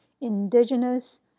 indigenous